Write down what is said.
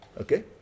okay